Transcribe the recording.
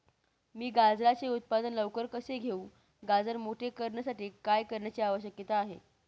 मी गाजराचे उत्पादन लवकर कसे घेऊ? गाजर मोठे करण्यासाठी काय करण्याची आवश्यकता आहे?